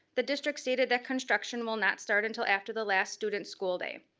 the district stated that construction will not start until after the last student school day.